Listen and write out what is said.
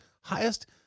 highest